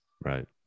right